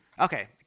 Okay